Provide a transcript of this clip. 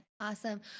Awesome